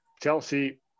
Chelsea